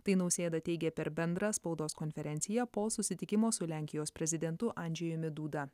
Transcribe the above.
tai nausėda teigė per bendrą spaudos konferenciją po susitikimo su lenkijos prezidentu andžejumi duda